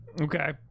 Okay